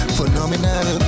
Phenomenal